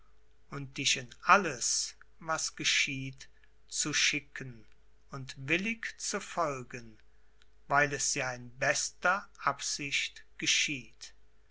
und dich in alles was geschieht zu schicken und willig zu folgen weil es ja in bester absicht geschieht